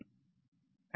तर हा E 2आहे